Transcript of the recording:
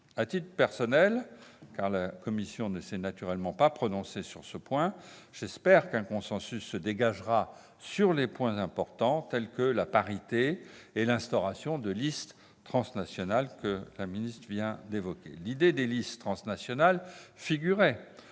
À titre personnel- car la commission ne s'est pas prononcée sur ce point -, j'espère qu'un consensus se dégagera sur des sujets importants, tels que la parité ou l'instauration des listes transnationales, qu'a mentionnée Mme la ministre. L'idée des listes transnationales figurait